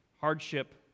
Hardship